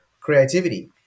creativity